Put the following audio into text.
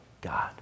god